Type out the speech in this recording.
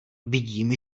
vidím